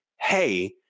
Hey